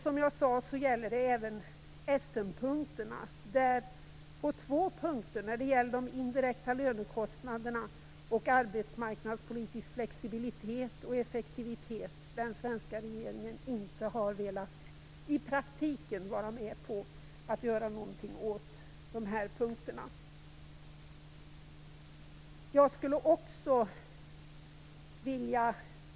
Som jag sade gäller det även två av Essenpunkterna - de indirekta lönekostnaderna och arbetsmarknadspolitisk flexibilitet och effektivitet - där den svenska regeringen i praktiken inte har velat vara med och göra något åt dem.